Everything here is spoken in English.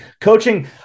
Coaching